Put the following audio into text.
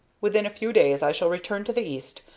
within a few days i shall return to the east,